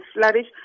flourish